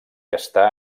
està